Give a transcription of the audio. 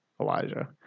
Elijah